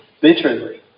bitterly